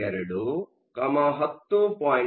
2 10